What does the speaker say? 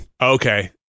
Okay